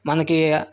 మనకి